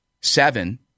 seven